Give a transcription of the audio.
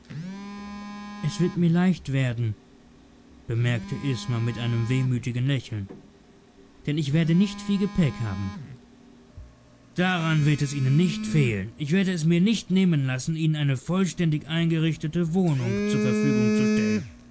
es wird mir leicht werden bemerkte isma mit einem wehmütigen lächeln denn ich werde nicht viel gepäck haben daran wird es ihnen nicht fehlen ich werde es mir nicht nehmen lassen ihnen eine vollständig eingerichtete wohnung zur verfügung zu stellen